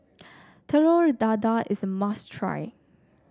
Telur Dadah is a must try